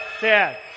Dad